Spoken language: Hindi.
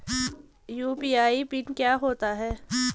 यु.पी.आई पिन क्या होता है?